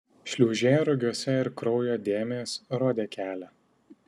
šliūžė rugiuose ir kraujo dėmės rodė kelią